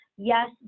yes